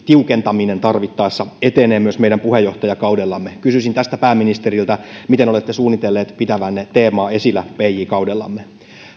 tiukentaminen tarvittaessa etenee meidän puheenjohtajakaudellamme kysyisin tästä pääministeriltä miten olette suunnitellut pitävänne teemaa esillä pj kaudellamme